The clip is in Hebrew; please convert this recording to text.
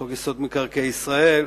חוק-יסוד: מקרקעי ישראל,